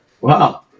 Wow